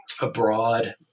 abroad